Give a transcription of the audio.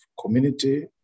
community